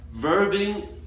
Verbing